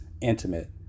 intimate